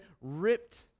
ripped